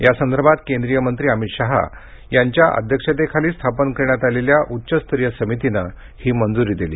यासंदर्भात केंद्रीय मंत्री अमित शहा यांच्या अध्यक्षतेखाली स्थापन करण्यात आलेल्या उच्चस्तरीय समितीने ही मंजूरी दिली